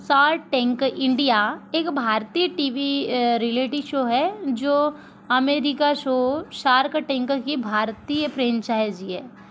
shark tank India एक भारतीय TV reality show है जो अमेरिका शो शार्क टैंक की भारतीय फ़्रैंचाइज़ी है